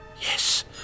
Yes